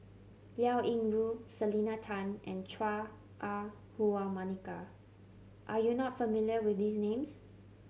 Liao Yingru Selena Tan and Chua Ah Huwa Monica are you not familiar with these names